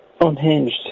unhinged